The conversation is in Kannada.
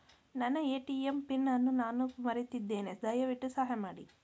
ನನ್ನ ಎ.ಟಿ.ಎಂ ಪಿನ್ ಅನ್ನು ನಾನು ಮರೆತಿದ್ದೇನೆ, ದಯವಿಟ್ಟು ಸಹಾಯ ಮಾಡಿ